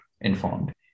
informed